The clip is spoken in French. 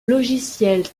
logiciel